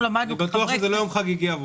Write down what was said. אני בטוח שזה לא יום חגיגי עבורם.